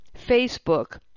Facebook